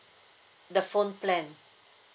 the phone plan